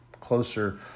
closer